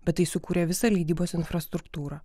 bet tai sukūrė visą leidybos infrastruktūrą